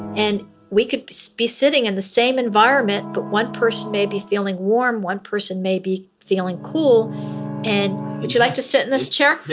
and we could so be sitting in the same environment, but one person may be feeling warm. one person may be feeling cool and would you like to sit in this chair? yeah.